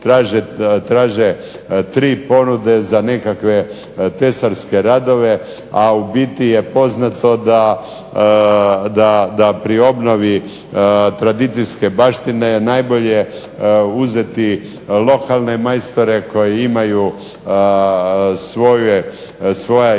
Traže tri ponude za nekakve tesarske radove, a u biti je poznato da pri obnovi tradicijske baštine je najbolje uzeti lokalne majstore koji imaju svoja iskustva,